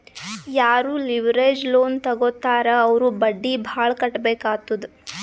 ಯಾರೂ leverage loan ತಗೋತ್ತಾರ್ ಅವ್ರು ಬಡ್ಡಿ ಭಾಳ್ ಕಟ್ಟಬೇಕ್ ಆತ್ತುದ್